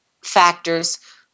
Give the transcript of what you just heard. factors